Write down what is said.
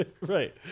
right